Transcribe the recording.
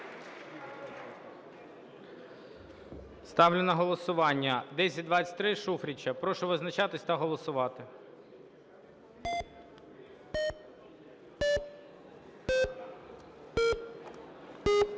Ставлю на голосування 1023 Шуфрича. Прошу визначатися та голосувати.